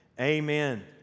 Amen